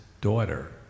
daughter